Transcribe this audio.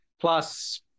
plus